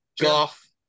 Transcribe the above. Golf